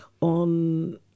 on